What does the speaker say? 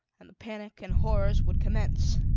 and the panic and horrors would commence.